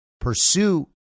pursue